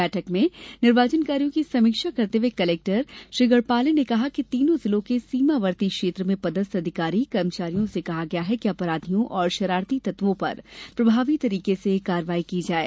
बैठक में निर्वाचन कार्यो की समीक्षा करते हुए कलेक्टर श्री गड़पाले ने कहा कि तीनों जिलों के सीमावर्ती क्षेत्र में पदस्थ अधिकारी कर्मचारियों से कहा गया है कि अपराधियों और शरारती तत्वों पर प्रभावी तरीके से कार्यवाही की जाये